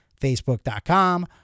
Facebook.com